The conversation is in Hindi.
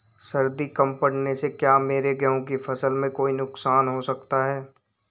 सर्दी कम पड़ने से क्या मेरे गेहूँ की फसल में कोई नुकसान हो सकता है?